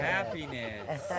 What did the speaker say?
Happiness